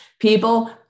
people